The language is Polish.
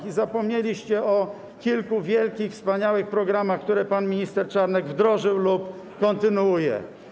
I zapomnieliście o kilku wielkich, wspaniałych programach, które pan minister Czarnek wdrożył lub kontynuuje.